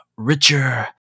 richer